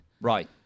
Right